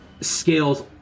scales